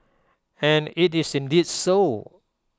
and IT is indeed so